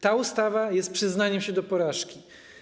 Ta ustawa jest przyznaniem się do porażki.